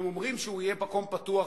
אומרים שהוא יהיה מקום פתוח,